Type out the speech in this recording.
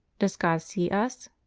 does god see us?